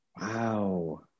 wow